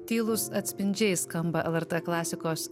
tylūs atspindžiai skamba lrt klasikos